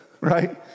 right